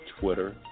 Twitter